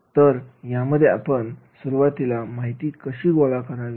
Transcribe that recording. तर यामध्ये आपण सुरुवातीला माहिती कशी गोळा करावी